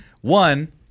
One